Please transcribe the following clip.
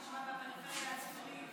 לפריפריה הצפונית,